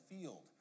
field